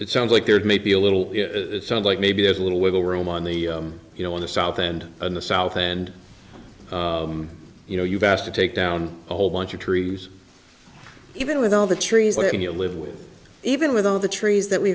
it sounds like there may be a little it sounds like maybe there's a little wiggle room on the you know in the south and in the south and you know you've asked to take down a whole bunch of trees even with all the trees when you live with even with all the trees that we